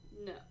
No